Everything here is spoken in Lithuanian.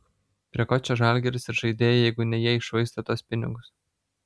prie ko čia žalgiris ir žaidėjai jeigu ne jie iššvaistė tuos pinigus